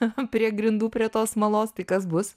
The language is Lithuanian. prie grindų prie tos smalos tai kas bus